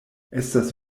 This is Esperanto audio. estas